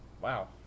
Wow